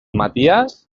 maties